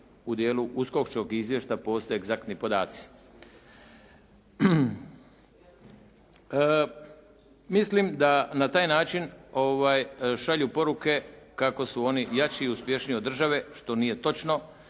u dijelu uskočkog izvješća postoje egzaktni podaci. Mislim da na taj način šalju poruke kako su oni jači i uspješniji od države, što nije točno